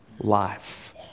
life